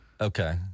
Okay